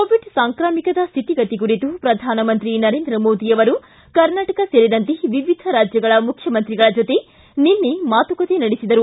Covid ಸಾಂಕ್ರಾಮಿಕದ ಸ್ಥಿತಿಗತಿ ಕುರಿತು ಪ್ರಧಾನಮಂತ್ರಿ ನರೇಂದ್ರ ಮೋದಿ ಅವರು ಕರ್ನಾಟಕ ಸೇರಿದಂತೆ ವಿವಿಧ ರಾಜ್ಯಗಳ ಮುಖ್ಯಮಂತ್ರಿಗಳ ಜೊತೆ ನಿನ್ನೆ ಮಾತುಕತೆ ನಡೆಸಿದರು